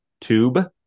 tube